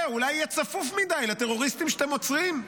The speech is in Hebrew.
אולי יהיה צפוף מידי לטרוריסטים שאתם עוצרים,